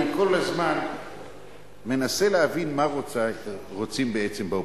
אני כל הזמן מנסה להבין מה רוצים בעצם באופוזיציה.